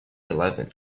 eleven